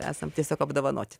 esam tiesiog apdovanoti